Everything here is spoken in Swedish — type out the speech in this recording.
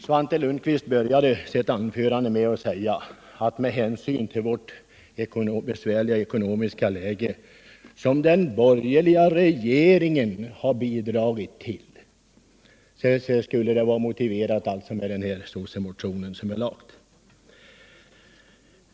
Svante Lundkvist började sitt anförande med att säga att den socialdemokratiska motionen skulle vara motiverad av vårt besvärliga ekonomiska läge, som den borgerliga regeringen bidragit till.